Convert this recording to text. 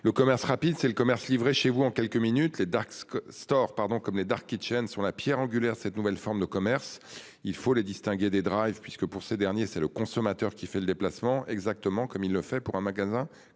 Le commerce rapide c'est le commerce livré chez vous en quelques minutes les Dax que Store pardon comme les Dark kitchens sur la Pierre angulaire de cette nouvelle forme de commerce, il faut les distinguer des Drive puisque pour ces derniers. C'est le consommateur qui fait le déplacement. Exactement comme il le fait pour un magasin